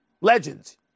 legends